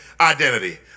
identity